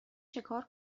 چکار